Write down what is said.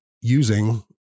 using